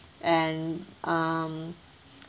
and um